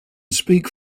speak